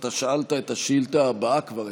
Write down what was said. אתה שאלת את השאילתה הבאה כבר,